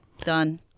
Done